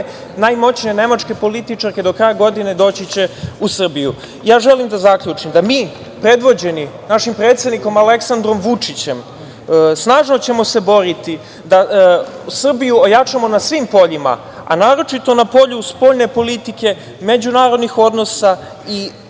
najmoćnije Nemačke političarke do kraja godine doći će u Srbiju. Želim da zaključim, da mi predvođeni našim predsednikom Aleksandrom Vučićem, snažno ćemo se boriti da Srbiju ojačamo na svim poljima, a naročito na polju spoljne politike, međunarodnih odnosa i